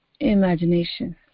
imagination